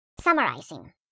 Summarizing